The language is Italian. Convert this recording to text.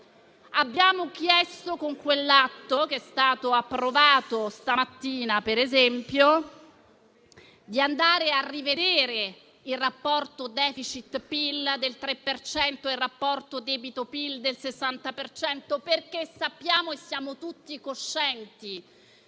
Abbiamo chiesto, con quell'atto che è stato approvato stamattina, di andare a rivedere il rapporto *deficit*-PIL del 3 per cento e il rapporto debito-PIL del 60 per cento. Sappiamo e siamo tutti coscienti